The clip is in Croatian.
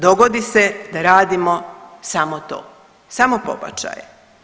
Dogodi se da radimo samo to, samo pobačaje.